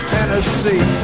Tennessee